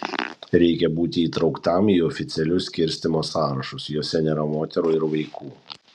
reikia būti įtrauktam į oficialius skirstymo sąrašus juose nėra moterų ir vaikų